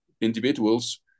individuals